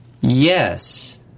Yes